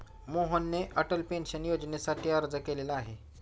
मोहनने अटल पेन्शन योजनेसाठी अर्ज केलेला आहे